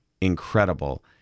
incredible